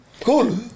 Cool